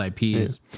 IPs